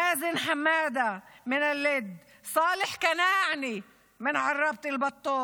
מאזן חמאדה מלוד, סאלח כנאענה מעראבה,